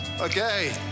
Okay